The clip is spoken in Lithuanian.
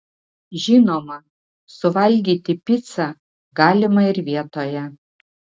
žinoma suvalgyti picą galima ir vietoje